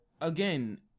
Again